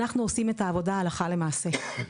אנחנו עושים את העבודה הלכה למעשה,